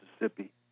Mississippi